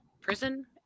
prison